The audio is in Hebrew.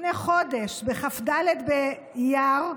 לפני חודש, בכ"ד באייר,